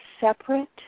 separate